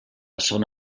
zona